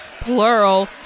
plural